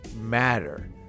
matter